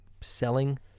Selling